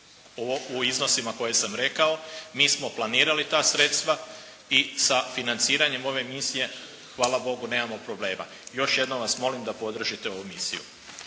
u iznosima koje sam rekao. Mi smo planirali ta sredstva i sa financiranjem ove misije hvala Bogu nemamo problema. Još jednom vas molim da podržite ovu misiju.